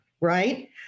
right